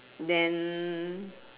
then